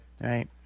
right